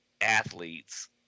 athletes